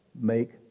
make